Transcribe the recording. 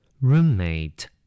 Roommate